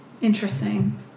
Interesting